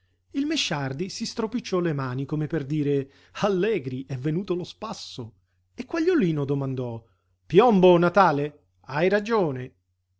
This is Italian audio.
finestre il mesciardi si stropicciò le mani come per dire allegri è venuto lo spasso e quagliolino domandò piombo natale hai ragione